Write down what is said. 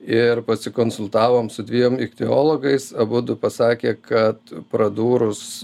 ir pasikonsultavom su dviem ichtiologais abudu pasakė kad pradūrus